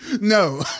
No